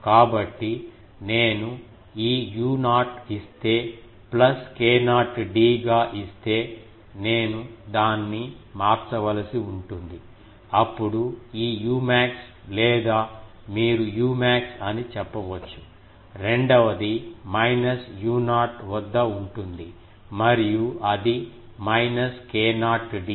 కాబట్టి నేను ఈ u0 ఇస్తే ప్లస్ k0 d గా ఇస్తే నేను దాన్ని మార్చవలసి ఉంటుంది అప్పుడు ఈ umax లేదా మీరు umax అని చెప్పవచ్చు రెండవది మైనస్ u0 వద్ద ఉంటుంది మరియు అది మైనస్ k0d